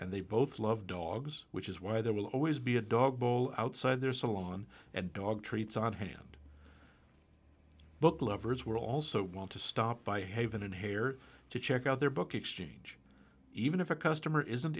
and they both love dogs which is why there will always be a dog bowl outside their salon and dog treats on hand book lovers were also want to stop by haven and hair to check out their book exchange even if a customer isn't